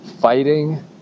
fighting